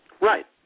Right